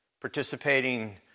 participating